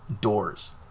doors